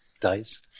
days